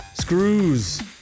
screws